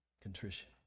contrition